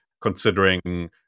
considering